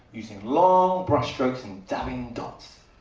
using long brush strokes and dabbing dots